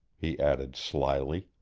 he added slyly,